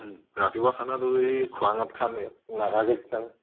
ৰাতিপুৱা খানাটো এই খোৱাঙত খাম নাগা কিটচেন